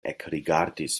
ekrigardis